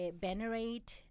Venerate